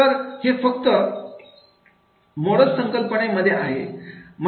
तर हे फक्त मोडज संकल्पने मध्ये आहे